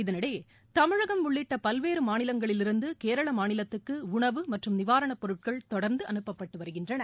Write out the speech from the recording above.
இதனிடையே தமிழகம் உள்ளிட்ட பல்வேறு மாநிலங்களிலிருந்து கேரள மாநிலத்துக்கு உணவு மற்றும் நிவாரணப் பொருட்கள் தொடர்ந்து அனுப்பப்பட்டு வருகின்றன